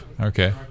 Okay